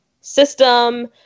system